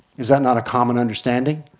is that not a common understanding?